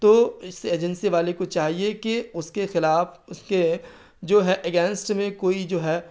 تو اس ایجنسی والے کو چاہیے کہ اس کے خلاف اس کے جو ہے اگینسٹ میں کوئی جو ہے